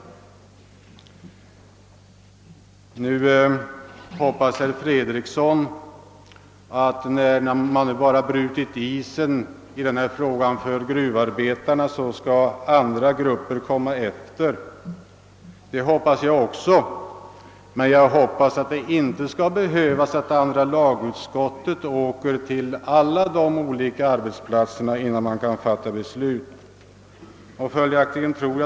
Herr Fredriksson hoppas att andra grupper skall följa efter när väl isen har brutits för gruvarbetarna. Det hoppas jag också, men jag hoppas samtidigt att andra lagutskottet inte behöver åka till alla de olika arbetsplatserna innan det kan fatta beslut.